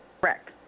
Correct